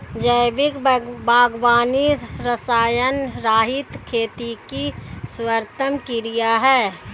जैविक बागवानी रसायनरहित खेती की सर्वोत्तम प्रक्रिया है